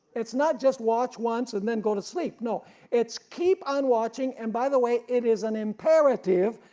it's not just watch once and then go to sleep. no it's keep on watching, and by the way it is an imperative,